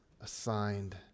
assigned